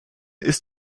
ist